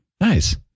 Nice